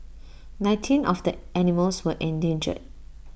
nineteen of the animals were endangered